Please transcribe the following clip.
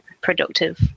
productive